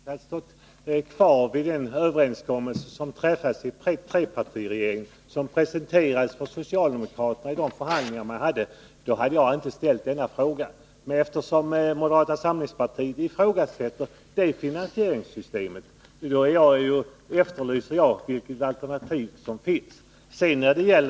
Herr talman! Om moderata samlingspartiet hade stått kvar vid den överenskommelse som träffades i trepartiregeringen och som presenterades för socialdemokraterna i de förhandlingar man hade, då hade jag inte ställt denna fråga. Men eftersom moderata samlingspartiet ifrågasätter finansieringssystemet, efterlyser jag vilket alternativ som finns.